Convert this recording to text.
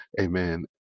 amen